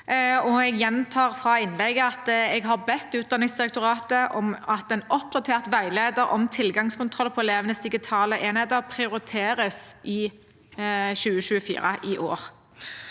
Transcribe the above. Jeg har bedt Utdanningsdirektoratet om at en oppdatert veileder om tilgangskontroll på elevenes digitale enheter prioriteres i 2024 –